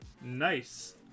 Nice